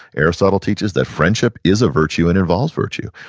aristotle teaches that friendship is a virtue and involves virtue.